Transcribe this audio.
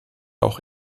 auch